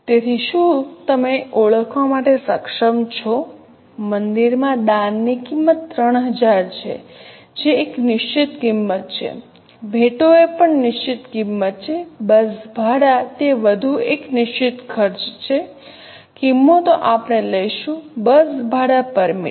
તેથી શું તમે ઓળખવા માટે સક્ષમ છો મંદિરમાં દાનની કિંમત 3૦૦૦ છે જે એક નિશ્ચિત કિંમત છે ભેટો એ પણ નિશ્ચિત કિંમત છે બસ ભાડા તે વધુ એક નિશ્ચિત ખર્ચ છે કિંમતો આપણે લઈશું બસ ભાડા પરમિટ